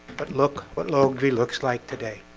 but look what llodra looks like today